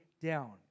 down